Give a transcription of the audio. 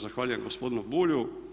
Zahvaljujem gospodinu Bulju.